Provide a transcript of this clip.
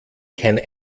kein